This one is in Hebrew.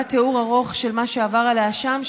בא תיאור ארוך של מה שעבר עליה שם,